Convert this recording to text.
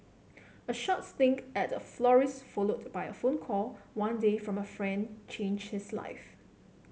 a short stint at a florist's followed by a phone call one day from a friend changed his life